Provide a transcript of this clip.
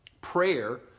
prayer